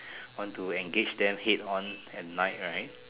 want to engage them head on at night right